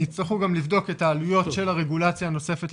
יצטרכו גם לבדוק את העלויות של הרגולציה הנוספת,